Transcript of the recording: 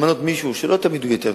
למנות מישהו שלא תמיד הוא יותר טוב.